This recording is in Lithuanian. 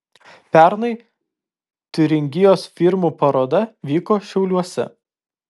pernai tiuringijos firmų paroda vyko šiauliuose